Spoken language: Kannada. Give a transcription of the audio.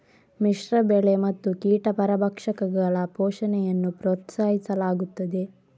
ಮಿಶ್ರ ಬೆಳೆ ಮತ್ತು ಕೀಟ ಪರಭಕ್ಷಕಗಳ ಪೋಷಣೆಯನ್ನು ಪ್ರೋತ್ಸಾಹಿಸಲಾಗುತ್ತದೆ